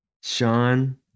Sean